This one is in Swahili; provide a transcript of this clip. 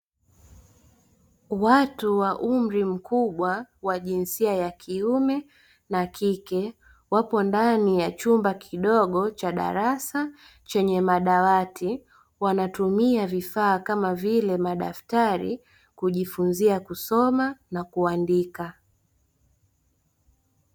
Watu wa umri mkubwa wa jinsia ya kiume na kike, wapo ndani ya chumba kidogo cha darasa chenye madawati, wanatumia vifaa kama vile madaftari kujifunzia kusoma na kuandika.